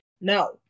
no